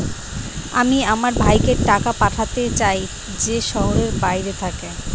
আমি আমার ভাইকে টাকা পাঠাতে চাই যে শহরের বাইরে থাকে